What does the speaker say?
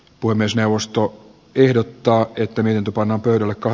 puhemiesneuvosto ehdottaa että minitupon on kyllä kai